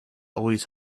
always